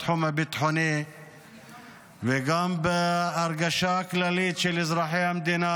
בתחום הביטחוני וגם בהרגשה הכללית של אזרחי המדינה.